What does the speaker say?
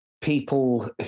people